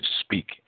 speak